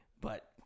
But-